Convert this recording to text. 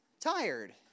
tired